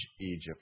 Egypt